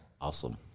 Awesome